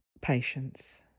patience